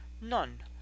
None